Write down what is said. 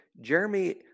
Jeremy